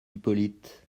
hippolyte